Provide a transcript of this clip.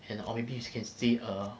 and or maybe as you can stay err